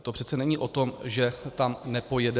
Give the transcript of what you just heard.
To přece není o tom, že tam nepojedeme.